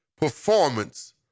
performance